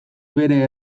bere